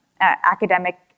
academic